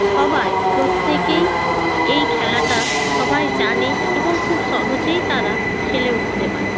সবাই প্রত্যেকেই এই খেলাটা সবাই জানে এবং খুব সহজেই তারা খেলে উঠতে পারে